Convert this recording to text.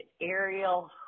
aerial